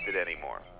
anymore